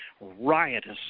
riotous